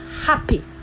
happy